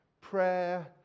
prayer